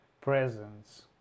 presence